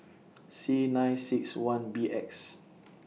C nine six one B X